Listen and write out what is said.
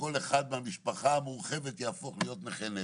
שכל אחד מהמשפחה המורחבת יהפוך להיות נכה נפש.